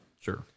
Sure